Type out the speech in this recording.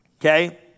Okay